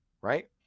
right